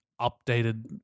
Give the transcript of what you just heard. updated